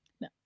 No